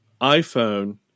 iPhone